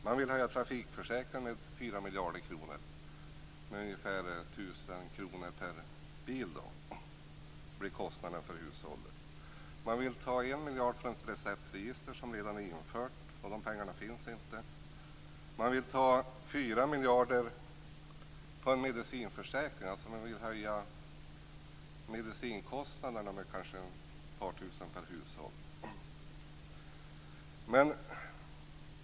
Man vill höja trafikförsäkringen med 4 miljarder kronor, och det innebär ca 1 000 kr per bil. Man vill ta 1 miljard kronor från det receptregister som redan är infört, och dessa pengar finns inte. Man vill ta 4 miljarder kronor från medicinförsäkringen, dvs. man vill höja medicinkostnaderna med ett par tusen kronor per hushåll.